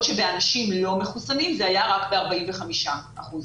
שבאנשים לא מחוסנים זה היה רק ב-45 אחוזים.